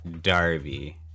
darby